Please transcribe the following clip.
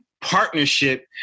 Partnership